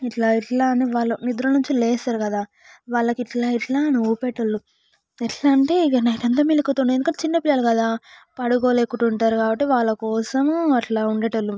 ఇట్లా ఇట్లా అని వాళ్ళు నిద్ర నుంచి లేస్తారు కదా వాళ్ళకి ఇట్లా ఇట్లా అని ఊపేవాళ్ళు ఎట్లా అంటే ఇక నైట్ అంతా మెలకువతో ఉండాలి ఎందుకంటే చిన్న పిల్లలు కదా పడుకోలేకుండా ఉంటారు కాబట్టి వాళ్ళ కోసం అట్లా ఉండే వాళ్ళు